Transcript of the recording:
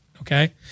Okay